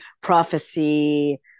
prophecy